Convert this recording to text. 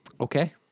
Okay